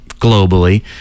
globally